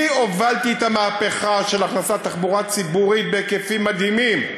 אני הובלתי את המהפכה של הכנסת תחבורה ציבורית בהיקפים מדהימים,